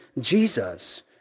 Jesus